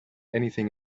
anything